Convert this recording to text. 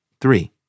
Three